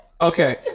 Okay